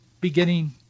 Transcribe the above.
beginning